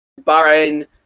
Bahrain